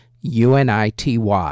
UNITY